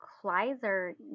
Kleiser